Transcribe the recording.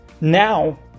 now